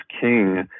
king